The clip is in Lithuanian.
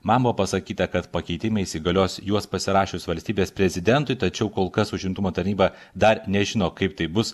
man buvo pasakyta kad pakeitimai įsigalios juos pasirašius valstybės prezidentui tačiau kol kas užimtumo taryba dar nežino kaip tai bus